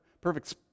perfect